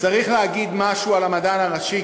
צריך להגיד משהו על המדען הראשי,